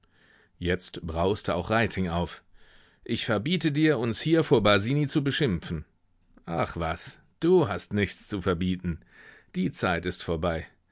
jetzt brauste auch reiting auf ich verbiete dir uns hier vor basini zu beschimpfen ach was du hast nichts zu verbieten die zeit ist vorbei